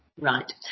Right